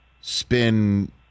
spin